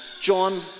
John